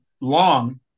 long